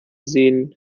sehen